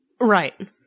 Right